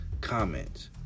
comments